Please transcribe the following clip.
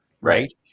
right